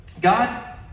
God